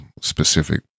specific